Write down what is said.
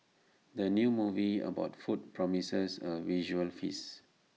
the new movie about food promises A visual feast